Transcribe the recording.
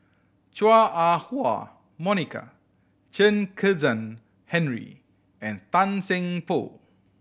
Chua Ah Huwa Monica Chen Kezhan Henri and Tan Seng Poh